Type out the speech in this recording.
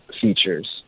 features